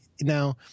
now